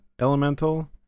elemental